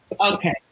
Okay